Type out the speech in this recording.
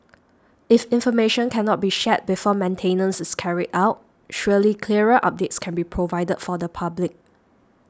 if information cannot be shared before maintenance is carried out surely clearer updates can be provided for the public